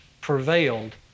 prevailed